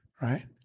right